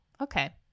Okay